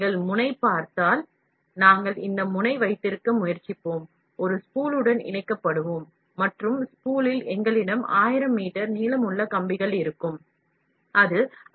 நீங்கள் முனைகளைப் பார்த்தால் இந்த முனை ஒரு ஸ்பூலுடன் இணைக்கப்படும் இந்த ஸ்பூலில் 1000 மீட்டர் நீளமுள்ள கம்பிகள் இருக்கும் அவை முனை வழியாகச் செல்லும்